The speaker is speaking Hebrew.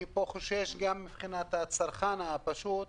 אני חושש מבחינת הצרכן הפשוט,